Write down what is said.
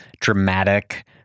dramatic